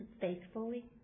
faithfully